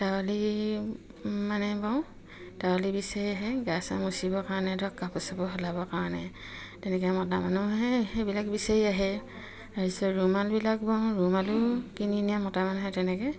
মানে বওঁ তাৱলি বিচাৰি আহে গা চা মুচিবৰ কাৰণে ধৰক কাপোৰ চাপোৰ সলাবৰ কাৰণে তেনেকে মতা মানুহে সেইবিলাক বিচাৰি আহে তাৰপিছত ৰুমালবিলাক বওঁ ৰুমালো কিনি নিয়া মতা মানুহে তেনেকে